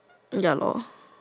ya lor